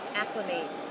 acclimate